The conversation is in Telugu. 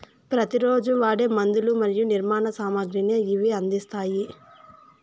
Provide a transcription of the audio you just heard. ప్రతి రోజు వాడే మందులు మరియు నిర్మాణ సామాగ్రిని ఇవి అందిస్తాయి